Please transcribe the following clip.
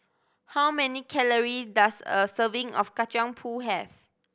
how many calories does a serving of Kacang Pool have